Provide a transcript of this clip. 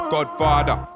Godfather